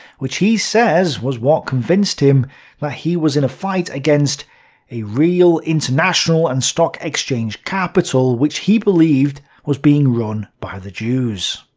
which he says was what convinced him that but he was in a fight against a real international and stock-exchange capital which he believed was being run by the jews.